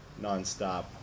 nonstop